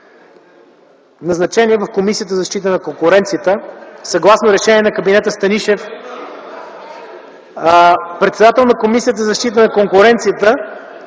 Назначения в Комисията за защита на конкуренцията. Съгласно решение на кабинета Станишев за председател на Комисията за защита на конкуренцията